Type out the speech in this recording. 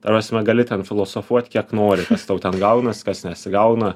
ta prasme gali ten filosofuot kiek nori kas tau ten gaunas kas nesigauna